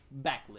backlit